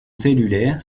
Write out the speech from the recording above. cellulaire